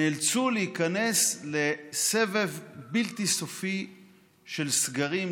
נאלצו להיכנס לסבב בלתי סופי של סגרים,